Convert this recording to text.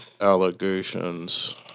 allegations